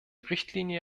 richtlinie